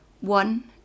One